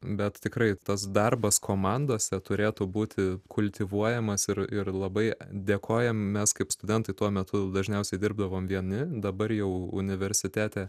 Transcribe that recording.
bet tikrai tas darbas komandose turėtų būti kultivuojamas ir ir labai dėkojam mes kaip studentai tuo metu dažniausiai dirbdavom vieni dabar jau universitete